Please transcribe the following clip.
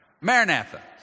maranatha